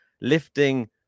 lifting